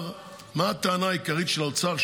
מה הטענה העיקרית של האוצר?